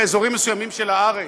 באזורים מסוימים של הארץ.